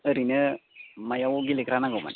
ओरैनो मायाव गेलेग्रा नांगौमोन